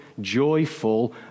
joyful